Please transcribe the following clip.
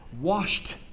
washed